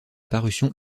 parution